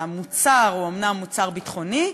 המוצר הוא אומנם מוצר ביטחוני,